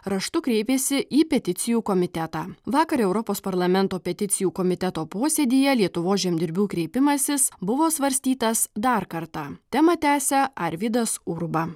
raštu kreipėsi į peticijų komitetą vakar europos parlamento peticijų komiteto posėdyje lietuvos žemdirbių kreipimasis buvo svarstytas dar kartą temą tęsia arvydas urba